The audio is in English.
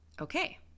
Okay